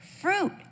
fruit